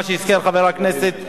מה שהזכיר חבר הכנסת,